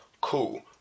Cool